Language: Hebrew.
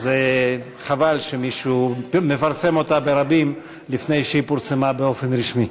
אז חבל שמישהו מפרסם אותה ברבים לפני שהיא פורסמה באופן רשמי.